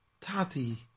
Tati